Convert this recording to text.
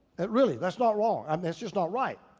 it really that's not wrong. um it's just not right.